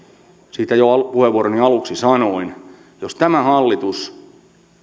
siitä jo puheenvuoroni aluksi sanoin jos tämä hallitus